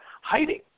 hiding